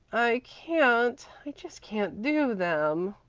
i can't i just can't do them,